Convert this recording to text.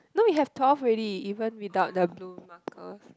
no you have twelve already even without the blue marker